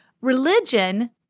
religion